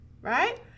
right